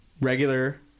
regular